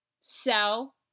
Sell